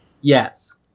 Yes